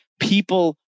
people